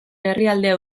herrialdea